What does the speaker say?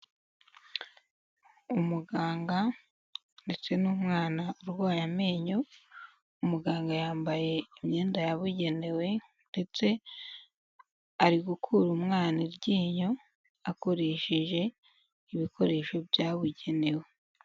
Umuganga ndetse n'umwana urwaye amenyo umuganga yambaye imyenda yabugenewe ndetse ari gukura umwana iryinyo akoresheje ibikoresho byabugenewe.